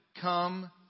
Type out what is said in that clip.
come